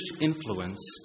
influence